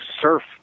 surf